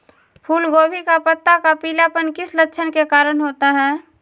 फूलगोभी का पत्ता का पीलापन किस लक्षण के कारण होता है?